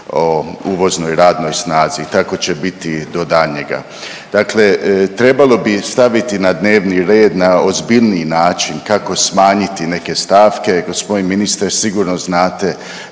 o uvoznoj radnoj snazi. Tako će biti do daljnjega. Dakle, trebalo bi staviti na dnevni red na ozbiljniji način kako smanjiti neke stavke. Gospodine ministre sigurno znate